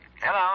Hello